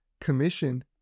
commission